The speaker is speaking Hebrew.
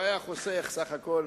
וזה היה חוסך בסך הכול.